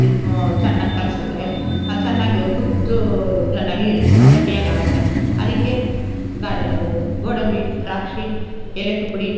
ಇದು ಚೆನ್ನಾಗಿ ಕಲಸಿದ್ರೆ ಅದು ಚೆನ್ನಾಗೆ ಕುದ್ದು ಚೆನ್ನಾಗಿ ಗಟ್ಟಿಯಾಗಾಗುತ್ತೆ ಅದಕ್ಕೆ ಗಾಡಿ ಗೋಡಂಬಿ ದ್ರಾಕ್ಷಿ ಏಲಕ್ಕಿ ಪುಡಿ